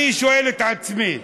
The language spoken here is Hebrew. אני שואל את עצמי: